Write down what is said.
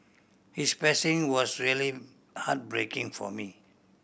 his passing was really heartbreaking for me